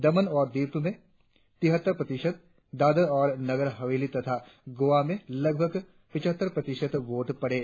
दमन और दीव में तिहत्तर प्रतिशत दादर और नगर हवेली तथा गोआ में लगभग पिचहत्तर प्रतिशत वोट पड़े